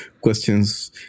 questions